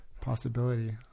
possibility